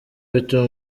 bituma